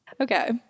Okay